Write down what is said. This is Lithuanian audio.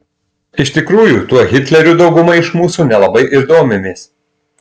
iš tikrųjų tuo hitleriu dauguma iš mūsų nelabai ir domimės